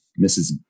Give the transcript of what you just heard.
Mrs